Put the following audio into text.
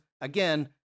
Again